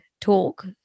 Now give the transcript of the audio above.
talk